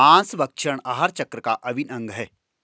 माँसभक्षण आहार चक्र का अभिन्न अंग है